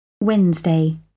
Wednesday